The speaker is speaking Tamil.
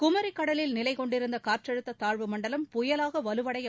குமி கடலில் நிலைகொண்டுள்ள காற்றழுத்த தாழ்வுமண்டலம் புயலாக வலுவடைய